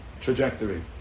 trajectory